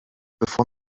bevor